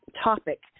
topic